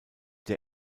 der